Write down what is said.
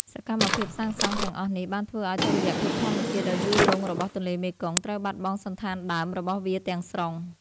សកម្មភាពសាងសង់ទាំងអស់នេះ បានធ្វើឱ្យតុល្យភាពធម្មជាតិដ៏យូរលង់របស់ទន្លេមេគង្គ ត្រូវបាត់បង់សណ្ឋានដើមរបស់វាទាំងស្រុង។